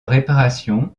réparation